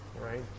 right